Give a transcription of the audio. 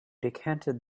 decanted